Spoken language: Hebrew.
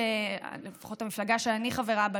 לפחות המפלגה שאני חברה בה,